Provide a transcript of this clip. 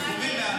אני הייתי.